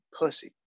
pussy